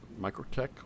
Microtech